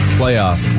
playoff